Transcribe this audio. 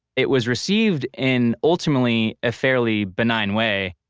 it was received in ultimately a fairly benign way.